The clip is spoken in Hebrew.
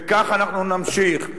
וכך אנחנו נמשיך.